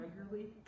regularly